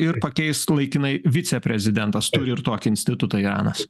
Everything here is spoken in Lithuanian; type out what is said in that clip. ir pakeis laikinai viceprezidentas ir tokį institutą iranas